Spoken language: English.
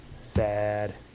Sad